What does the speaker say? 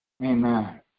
Amen